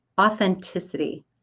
authenticity